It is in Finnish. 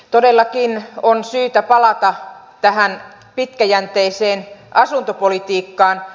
todellakin on syytä palata tähän pitkäjänteiseen asuntopolitiikkaan